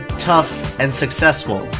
tough and successful,